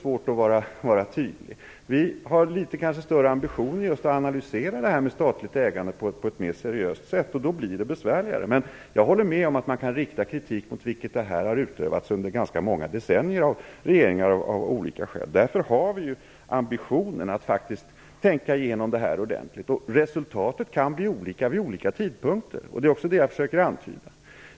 Vi har kanske litet större ambitioner att analysera frågan om statligt ägande på ett mera seriöst sätt, och då blir det besvärligare. Men jag håller med om att man kan rikta kritik mot det sätt på vilket frågan har skötts av regeringar under många decennier, av olika skäl. Därför har vi nu ambitionen att tänka igenom det här ordentligt. Resultatet kan bli olika vid olika tidpunkter, som jag försöker antyda.